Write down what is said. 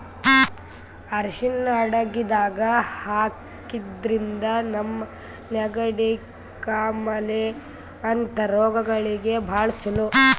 ಅರ್ಷಿಣ್ ಅಡಗಿದಾಗ್ ಹಾಕಿದ್ರಿಂದ ನಮ್ಗ್ ನೆಗಡಿ, ಕಾಮಾಲೆ ಅಂಥ ರೋಗಗಳಿಗ್ ಭಾಳ್ ಛಲೋ